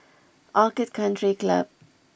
Orchid Country Club